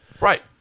Right